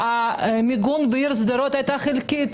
המיגון בעיר שדרות היה חלקי,